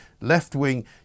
left-wing